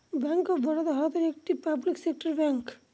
bank of Baroda ভারতের একটি public sector bank